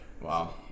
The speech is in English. Wow